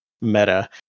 meta